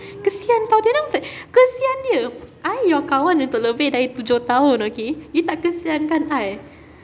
kesian [tau] dia then I was like kesian dia I your kawan untuk lebih dari tujuh tahun okay you tak kesiankan I